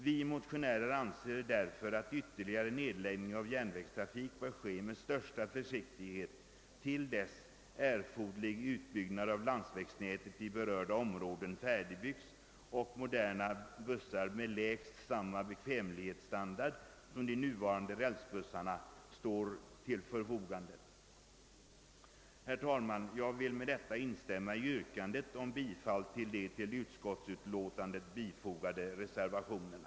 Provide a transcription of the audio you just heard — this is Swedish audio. Vi motionärer anser därför att ytterligare nedläggning av järnvägstrafik bör ske med största försiktighet till dess erforderlig utbyggnad av landsvägsnätet i berörda områden färdigställts och moderna bussar med lägst samma bekvämlighetsstandard som de nuvarande rälsbussarna står till förfogande. Herr talman! Jag vill med det anförda instämma i yrkandet om bifall till de vid utskottsutlåtandet fogade reservationerna.